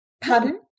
pardon